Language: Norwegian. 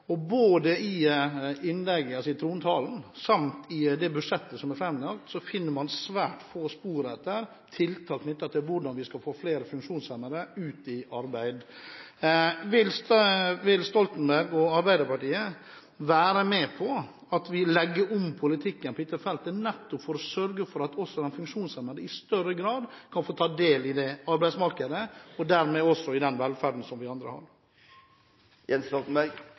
funksjonshemmede. Både i trontalen samt i det budsjettet som er framlagt, finner man svært få spor etter tiltak knyttet til hvordan vi skal få flere funksjonshemmede i arbeid. Vil Stoltenberg og Arbeiderpartiet være med på at vi legger om politikken på dette feltet nettopp for å sørge for at også de funksjonshemmede i større grad kan få ta del i arbeidsmarkedet, og dermed også i den velferden som vi andre har?